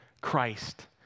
Christ